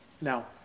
now